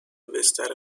بستر